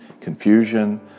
confusion